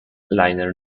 liner